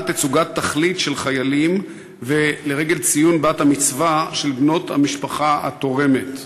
תצוגת תכלית של חיילים לרגל ציון בת-המצווה של בנות המשפחה התורמת.